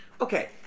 Okay